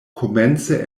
komence